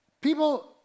people